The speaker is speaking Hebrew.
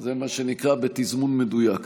זה מה שנקרא בתזמון מדויק.